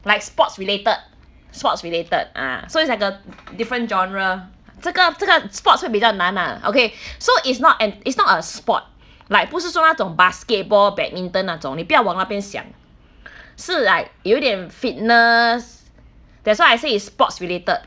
like sports related sports related ah so it's like a different genre 这个这个 sports 会比较难 ah okay so is not an it's not a sport like 不是说那种 basketball badminton 那种你不要往那边想是 like 有点 fitness that's why I say it's sports related